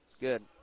Good